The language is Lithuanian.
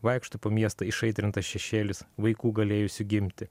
vaikšto po miestą išaitrintas šešėlis vaikų galėjusių gimti